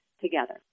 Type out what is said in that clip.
together